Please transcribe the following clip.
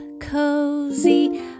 cozy